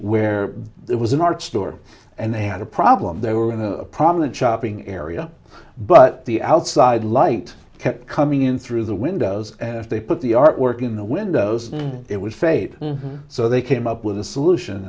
where there was an art store and they had a problem they were in a prominent shopping area but the outside light kept coming in through the windows they put the artwork in the windows and it was fate so they came up with a solution